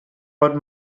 but